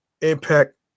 impact